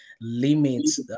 limits